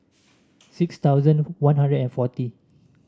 six thousand One Hundred and forty